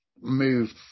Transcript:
moved